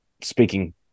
speaking